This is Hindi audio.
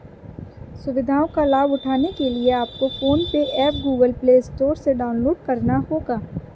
सुविधाओं का लाभ उठाने के लिए आपको PhonePe app Google Play Store से डाउनलोड करना होगा